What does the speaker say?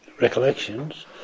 recollections